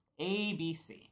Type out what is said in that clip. ABC